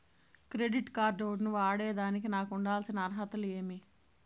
Credit card ను వాడేదానికి నాకు ఉండాల్సిన అర్హతలు ఏమి?